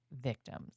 victims